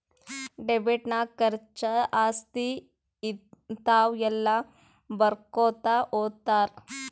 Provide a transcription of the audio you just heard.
debit ನಾಗ್ ಖರ್ಚಾ, ಆಸ್ತಿ, ಹಿಂತಾವ ಎಲ್ಲ ಬರ್ಕೊತಾ ಹೊತ್ತಾರ್